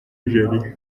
nigeria